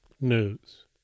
news